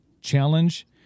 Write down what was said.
challenge